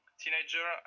teenager